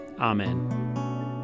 Amen